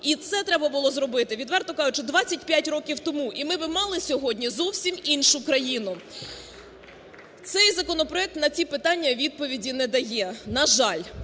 І це треба було зробити, відверто кажучи, 25 років тому і ми б мали сьогодні зовсім іншу країну. Цей законопроект на ці питання відповіді не дає, на жаль.